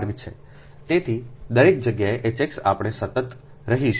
તેથી દરેક જગ્યાએ H x આપણે સતત રહીશું